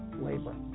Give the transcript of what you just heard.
labor